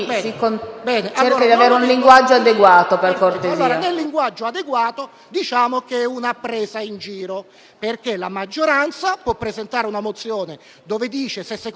cerchi di avere un linguaggio adeguato, per cortesia.